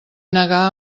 negar